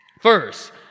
First